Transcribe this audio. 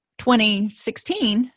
2016